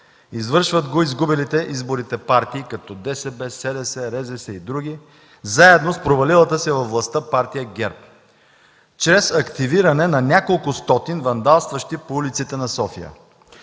Извършват го изгубилите изборите партии като ДСБ, СДС, РЗС и други, заедно с провалилата се във властта партия ГЕРБ, чрез активиране на няколкостотин вандалстващи по улиците на София.